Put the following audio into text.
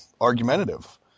argumentative